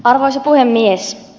arvoisa puhemies